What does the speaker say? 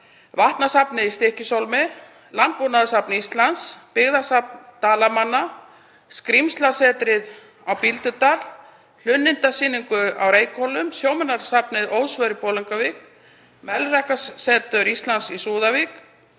Vatnasafnið í Stykkishólmi, Landbúnaðarsafn Íslands, Byggðasafn Dalamanna, Skrímslasetrið á Bíldudal, Hlunnindasýningu á Reykhólum, Sjóminjasafnið Ósvör í Bolungarvík, Melrakkasetur Íslands í Súðavík,